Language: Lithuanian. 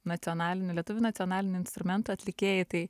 nacionalinių lietuvių nacionalinių instrumentų atlikėjai tai